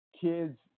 kids